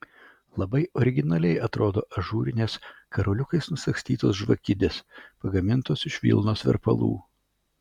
labai originaliai atrodo ažūrinės karoliukais nusagstytos žvakidės pagamintos iš vilnos verpalų